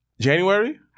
January